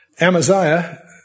Amaziah